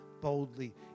boldly